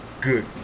good